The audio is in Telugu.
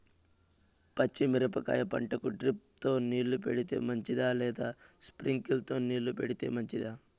పచ్చి మిరపకాయ పంటకు డ్రిప్ తో నీళ్లు పెడితే మంచిదా లేదా స్ప్రింక్లర్లు తో నీళ్లు పెడితే మంచిదా?